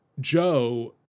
Joe